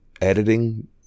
editing